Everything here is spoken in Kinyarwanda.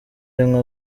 rimwe